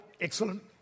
Excellent